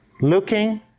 looking